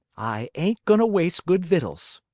i ain't goin' to waste good victuals,